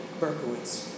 Berkowitz